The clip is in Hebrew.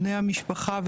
בני המשפחה,